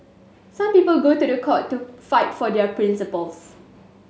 some people go to the court to fight for their principles